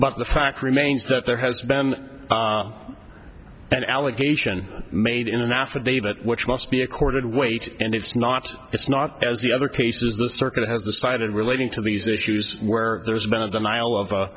but the fact remains that there has been an allegation made in an affidavit which must be accorded weight and it's not it's not as the other cases the circuit has decided relating to these issues where there's been a denial of